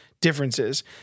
differences